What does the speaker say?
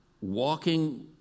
Walking